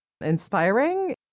inspiring